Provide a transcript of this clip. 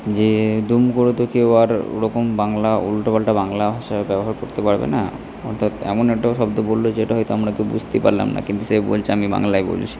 যে দুম করে তো কেউ আর ওরকম বাংলা উল্টোপাল্টা বাংলা ভাষা ব্যবহার করতে পারবে না অর্থাৎ এমন একটা শব্দ বললো যেটা হয়ত আমরা কেউ বুঝতেই পারলাম না কিন্তু সে বলছে আমি বাংলায় বলছি